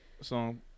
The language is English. song